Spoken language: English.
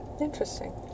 Interesting